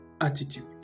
attitude